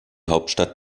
hauptstadt